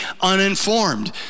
uninformed